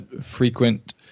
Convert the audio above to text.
frequent